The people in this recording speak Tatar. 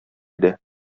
иде